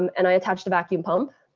and i attached a vacuum pump.